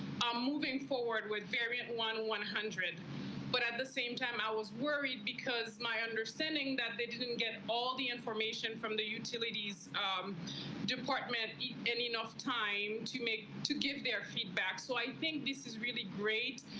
um moving forward with variant one one hundred but at the same time i was worried because my understanding that they didn't get all the information from the utilities. josephj um department in enough time to make to give their feedback. so i think this is really great.